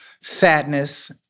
sadness